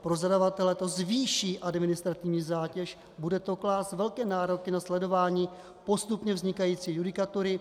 Pro zadavatele to zvýší administrativní zátěž, bude to klást velké nároky na sledování postupně vznikající judikatury.